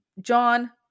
John